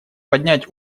поднять